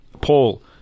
Paul